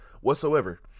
whatsoever